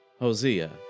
Hosea